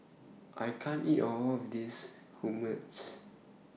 I can't eat All of This Hummus